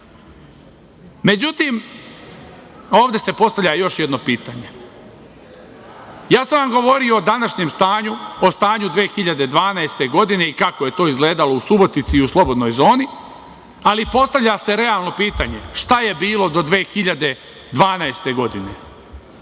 Subotice.Međutim, ovde se postavlja još jednu veliko pitanje. Ja sam vam govorio o današnjem stanju, o stanju 2012. godine i kako je to izgledalo u Subotici i u Slobodnoj zoni, ali postavlja se realno pitanje – šta je bilo do 2012. godine